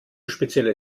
spezielle